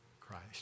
Christ